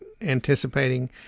anticipating